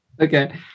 okay